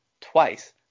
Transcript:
twice